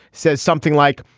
says something like,